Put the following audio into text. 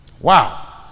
Wow